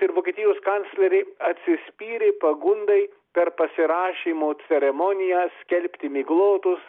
ir vokietijos kanclerė atsispyrė pagundai per pasirašymo ceremoniją skelbti miglotus